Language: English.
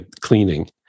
cleaning